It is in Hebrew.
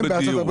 רגע.